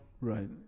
Right